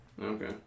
Okay